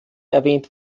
erwähnt